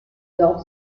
dope